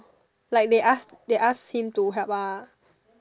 like they ask they ask him to help ah